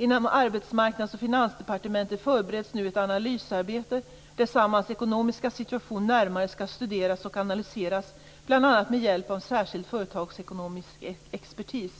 Inom Arbetsmarknads och Finansdepartementen förbereds nu ett analysarbete, där Samhalls ekonomiska situation närmare skall studeras och analyseras bl.a. med hjälp av särskilt företagsekonomisk expertis.